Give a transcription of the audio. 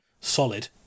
solid